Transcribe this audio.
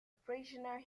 prisoner